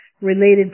related